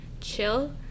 chill